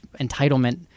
entitlement